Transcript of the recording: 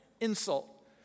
insult